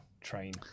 train